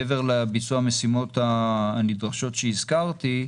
מעבר לביצוע המשימות הנדרשות שהזכרתי,